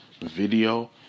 video